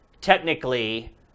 technically